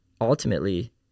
ultimately